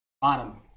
Bottom